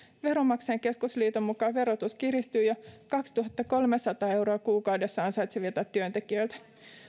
veronmaksajain keskusliiton mukaan verotus kiristyy jo kaksituhattakolmesataa euroa kuukaudessa ansaitsevilta työntekijöiltä